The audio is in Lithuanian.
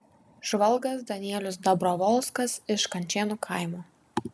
žvalgas danielius dabrovolskas iš kančėnų kaimo